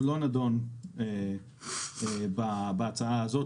הוא לא נדון בהצעה הזו,